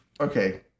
Okay